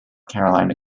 carolina